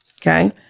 Okay